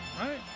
Right